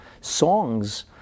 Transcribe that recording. Songs